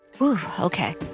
Okay